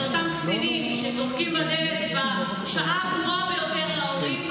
אותם קצינים שדופקים בדלת בשעה הגרועה להורים,